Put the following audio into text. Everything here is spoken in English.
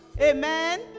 amen